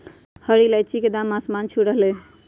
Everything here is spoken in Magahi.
हरी इलायची के दाम आसमान छू रहलय हई